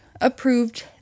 approved